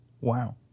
Wow